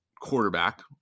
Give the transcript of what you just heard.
quarterback